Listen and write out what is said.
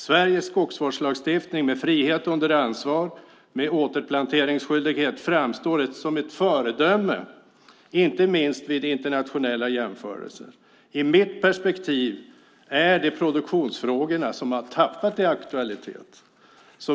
Sveriges skogsvårdslagstiftning, med frihet under ansvar med återplanteringsskyldighet, framstår som ett föredöme, inte minst vid internationella jämförelser. I mitt perspektiv är det produktionsfrågorna som har tappat i aktualitet.